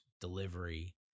delivery